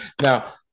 now